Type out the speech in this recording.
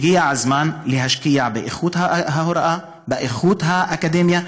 הגיע הזמן להשקיע באיכות ההוראה, באיכות האקדמיה.